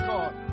God